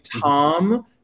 Tom